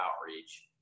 outreach